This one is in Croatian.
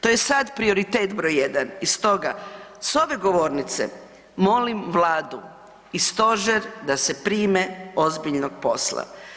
To je sad prioritet br. 1 i stoga s ove govornice molim Vladu i Stožer da se prime ozbiljnog posla.